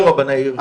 מה זה רבני עיר?